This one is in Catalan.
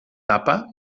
tapa